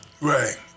right